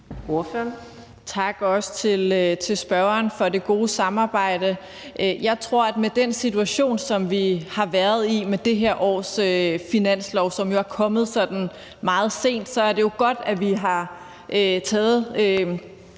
Tak også til spørgeren for det gode samarbejde. Jeg tror, at med den situation, som vi har været i med det her års finanslov, som jo er kommet sådan meget sent, er det godt, at vi har taget